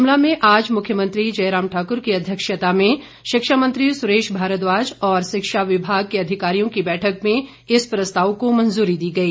शिमला में आज मुख्यमंत्री जयराम ठाकुर की अध्यक्षता में शिक्षा मंत्री सुरेश भारद्वाज और शिक्षा विभाग के अधिकारियों की बैठक में इस प्रस्ताव को मंजूरी दी गई